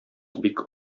бик